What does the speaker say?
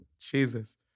Jesus